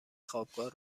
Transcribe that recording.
خوابگاه